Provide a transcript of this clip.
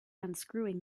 unscrewing